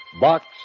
Box